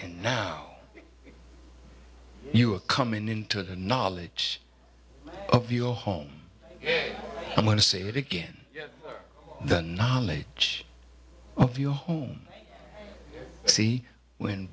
and now you are coming into the knowledge of your home i'm going to say it again the knowledge of you home see when